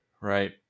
Right